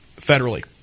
federally